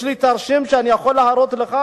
יש לי תרשים שאני יכול להראות לך.